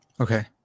Okay